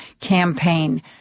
campaign